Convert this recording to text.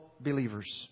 believers